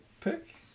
pick